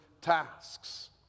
tasks